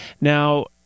Now